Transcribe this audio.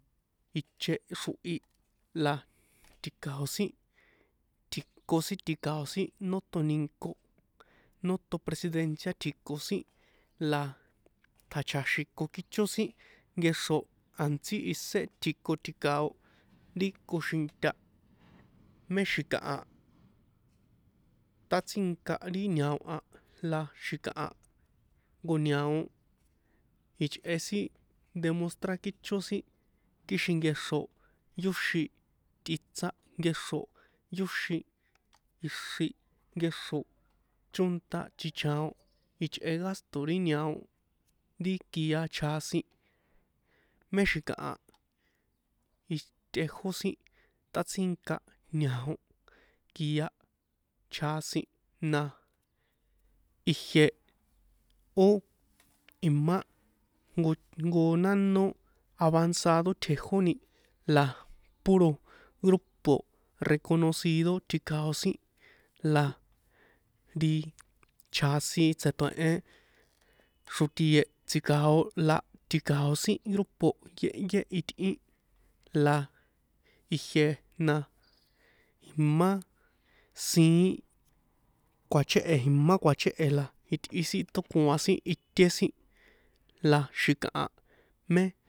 Iche xrohi la ti̱kao̱ sin tji̱ko ti̱kao sin nóton ni̱nko nóton presidencia tji̱ko sin la tja̱cha̱xíko kícho sin nkexo a̱ntsí isé tji̱ko tji̱kao ri koxinta mé xi̱kaha tátsinka ri ñao a la xi̱kaha jnko ñao ichꞌe sin demostrar kícho sin kixin nkexro yóxin tꞌitsá nkexro yóxin ixri nkexro chónta chichaon ichꞌe gásto̱ ri ñao kia chjasin mé xi̱kaha tꞌejó sin tꞌatsínka ñao kia chjasin na ijie ó imá jnko jnko nánó avanzado tjejóni la puro grupo reconocido tji̱kao̱ sin la nti chjasin tsetoehen xrotie tsikao la tji̱kao sin grupo yéhyé itꞌin la ijie na imá siín kjuachéhe̱ imá kuachéhe̱ la itꞌi sin tókuan sin ite sin la xi̱kaha mé.